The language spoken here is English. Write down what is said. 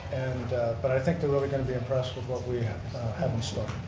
but i think they're really going to be impressed with what we have in store.